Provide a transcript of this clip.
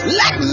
let